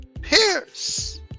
Pierce